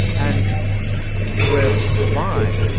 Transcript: and with vine,